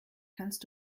kannst